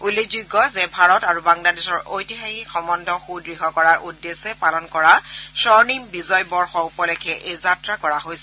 উল্লেখযোগ্য যে ভাৰত আৰু বাংলাদেশৰ ঐতিহাসিক সম্বন্ধ সূদ্য় কৰাৰ উদ্দেশ্যে পালন কৰা স্বৰ্ণিম বিজয় বৰ্ষ উপলক্ষে এই যাত্ৰা কৰা হৈছে